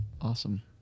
Awesome